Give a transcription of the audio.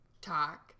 talk